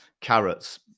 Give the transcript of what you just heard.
carrots